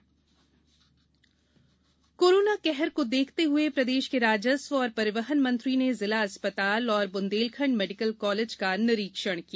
oxygen plant corona कहर को देखते हुए प्रदेश के राजस्व एवं परिवहन मंत्री ने जिला अस्पताल एवं बुंदेलखंड मेडिकल कॉलेज का निरीक्षण किया